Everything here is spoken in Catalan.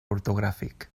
ortogràfic